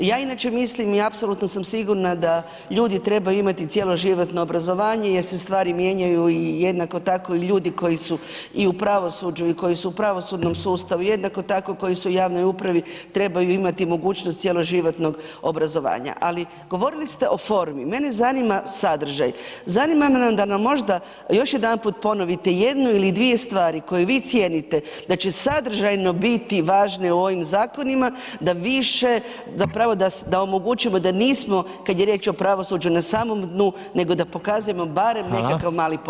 Ja inače mislim i apsolutno sam sigurna da ljudi trebaju imati cjeloživotno obrazovanje jer se stvari mijenjaju i jednako tako ljudi koji su i u pravosuđu i koji su u pravosudnom sustavu, jednako tako koji su u javnoj upravi trebaju imati mogućnost cjeloživotnog obrazovanja ali govorili ste o formi, mene zanima sadržaj, zanima me da nam možda još jedanput ponovite jednu ili dvije stvari koje vi cijenite da će sadržajno biti važne biti u ovim zakonima, da više, zapravo da omogućimo da nismo kad je riječ o pravosuđu na samom dnu, nego da pokazujemo barem nekakav mali pomak, hvala.